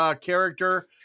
character